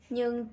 Nhưng